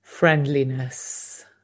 Friendliness